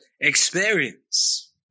experience